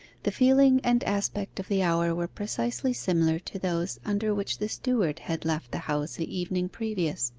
the feeling and aspect of the hour were precisely similar to those under which the steward had left the house the evening previous,